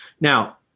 Now